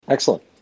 Excellent